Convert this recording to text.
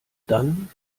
dann